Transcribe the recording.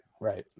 Right